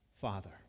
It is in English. Father